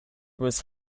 was